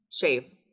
Shave